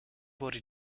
wurde